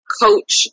coach